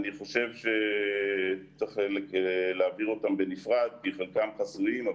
אני חושב שצריך להעביר אותם בנפרד כי חלקם חסויים,